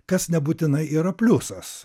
kas nebūtinai yra pliusas